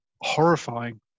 horrifying